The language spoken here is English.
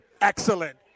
Excellent